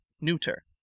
Neuter